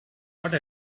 but